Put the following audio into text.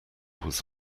was